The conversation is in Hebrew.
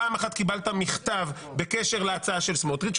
פעם אחת קיבלת מכתב בקשר להצעה של סמוטריץ'.